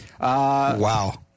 Wow